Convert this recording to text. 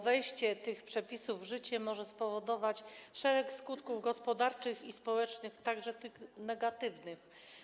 Wejście tych przepisów w życie może spowodować szereg skutków gospodarczych i społecznych, także tych negatywnych.